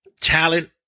talent